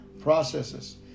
processes